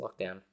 lockdown